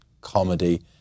comedy